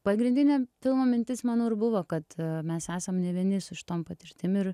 pagrindinė filmo mintis mano ir buvo kad mes esam ne vieni su šitom patirtim ir